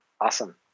Awesome